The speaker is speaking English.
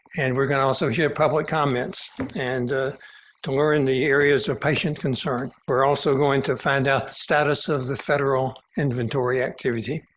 and we're going to also hear public comments and to learn the areas of patient concern. we're also going to find out the status of the federal inventory activity.